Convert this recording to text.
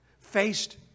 faced